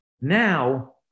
Now